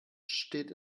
steht